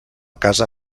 casa